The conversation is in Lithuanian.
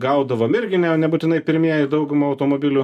gaudavom irgi ne nebūtinai pirmieji daugumą automobilių